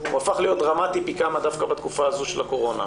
הוא הפך להיות דרמטי פי כמה דווקא בתקופה הזו של הקורונה,